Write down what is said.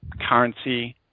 currency